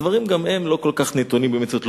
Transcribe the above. הדברים לא כל כך נתונים במציאות.